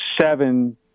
seven